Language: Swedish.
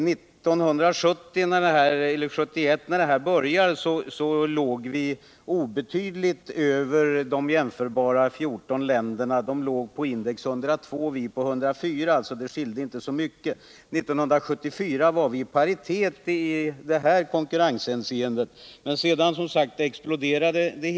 1971, när tabellen börjar, låg vi obetydligt över de jämförbara 14 länderna. De låg på index 102 och vi på 104. Det skiljde alltså inte så mycket. 1974 var vi i paritet i detta konkurrenshänseende. Men sedan exploderade det.